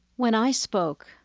when i spoke,